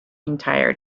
entire